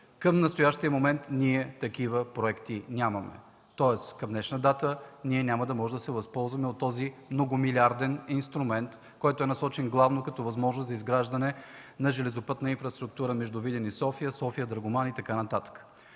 към настоящия момент такива проекти нямаме. Тоест към днешна дата няма да можем да се възползваме от този многомилиарден инструмент, който е насочен главно като възможност за изграждане на железопътна инфраструктура между Видин и София, София-Драгоман и така нататък.